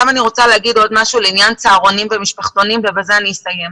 אני רוצה לומר עוד משהו לעניין צהרונים ומשפחתונים ובזה אני אסיים.